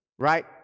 right